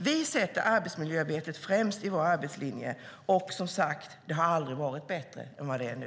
Vi sätter arbetsmiljöarbetet främst i vår arbetslinje. Och som sagt: Det har aldrig varit bättre än vad det är nu.